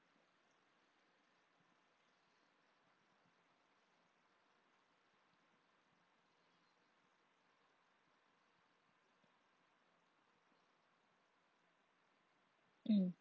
mm